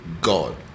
God